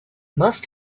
must